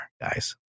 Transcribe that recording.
guys